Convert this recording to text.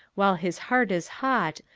while his heart is hot,